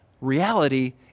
reality